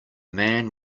man